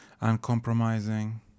uncompromising